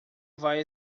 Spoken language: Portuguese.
vai